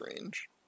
range